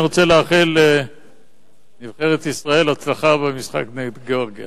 אני רוצה לאחל לנבחרת ישראל הצלחה במשחק נגד גאורגיה.